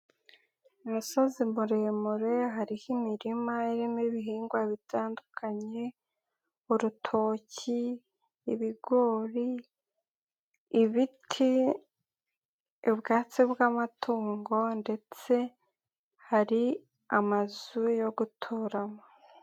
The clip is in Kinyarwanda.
Umusozi muremure hariho imirima irimo ibihingwa bitandukanye urutoki, ibigori, ibiti, ubwatsi bw'amatungo ndetse hari amazu yo guturamo.